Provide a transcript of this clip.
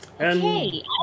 Okay